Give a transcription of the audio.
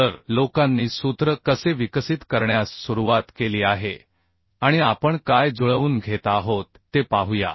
तर लोकांनी सूत्र कसे विकसित करण्यास सुरुवात केली आहे आणि आपण काय जुळवून घेत आहोत ते पाहूया